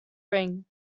ring